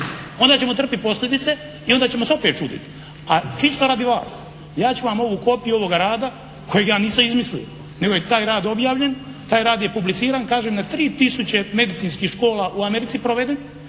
Onda ćemo trpiti posljedice i onda ćemo se opet čuditi, a čisto radi vas. Ja ću vam ovu kopiju ovoga rada kojega ja nisam izmislio nego je taj objavljen, taj rad je publiciran kažem na 3000 medicinskih škola u Americi proveden